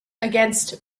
against